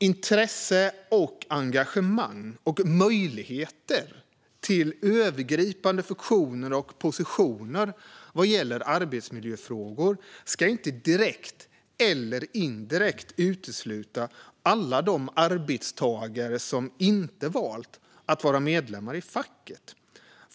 Intresse, engagemang och möjligheter till övergripande funktioner och positioner vad gäller arbetsmiljöfrågor ska inte direkt eller indirekt utesluta alla de arbetstagare som valt att inte vara medlemmar i facket.